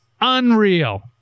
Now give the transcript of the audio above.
unreal